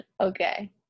Okay